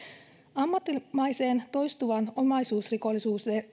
ammattimaiseen toistuvaan omaisuusrikollisuuteen